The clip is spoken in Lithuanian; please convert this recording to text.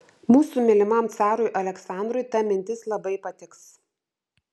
mūsų mylimam carui aleksandrui ta mintis labai patiks